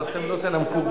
אז אתם לא תנמקו.